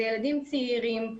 אלה ילדים צעירים,